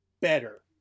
better